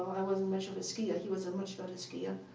i wasn't much of a skier. he was a much better skier.